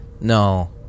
No